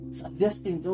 suggesting